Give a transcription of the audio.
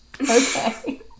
Okay